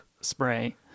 spray